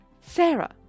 Sarah